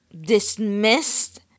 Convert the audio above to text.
dismissed